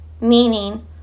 meaning